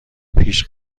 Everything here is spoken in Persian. پیش